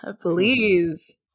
Please